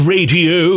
Radio